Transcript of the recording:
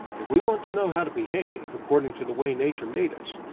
if we want to know how to behave, according to the way nature made us,